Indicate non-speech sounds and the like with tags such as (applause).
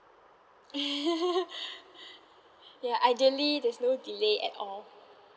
(laughs) ya ideally there's no delay at all